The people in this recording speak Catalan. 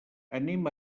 anem